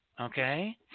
Okay